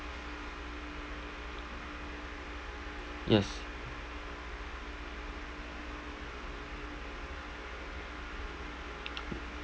yes